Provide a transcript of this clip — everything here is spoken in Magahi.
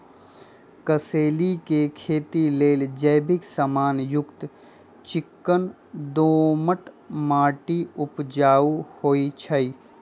कसेलि के खेती लेल जैविक समान युक्त चिक्कन दोमट माटी उपजाऊ होइ छइ